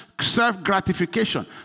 Self-gratification